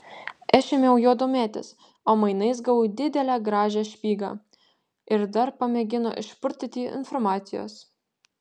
aš ėmiau juo domėtis o mainais gavau didelę gražią špygą ir dar pamėgino išpurtyti informacijos